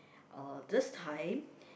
uh this time